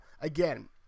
again